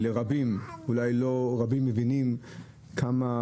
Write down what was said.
לא רבים מבינים כמה